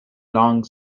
long